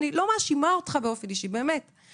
מאשימה אותך באופן אישי באמת,